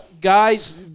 Guys